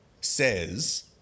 says